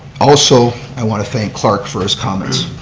also, i want to thank clark for his comments.